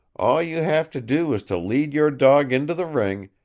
all you have to do is to lead your dog into the ring,